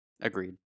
Agreed